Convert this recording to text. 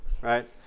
right